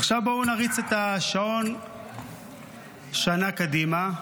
עכשיו בואו נריץ את השעון שנה קדימה,